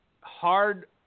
hard